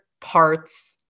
parts